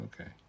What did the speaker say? Okay